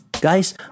Guys